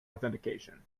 authentication